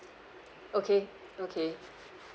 okay okay